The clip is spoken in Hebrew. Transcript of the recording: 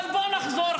אבל בואו נחזור,